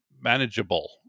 manageable